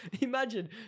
Imagine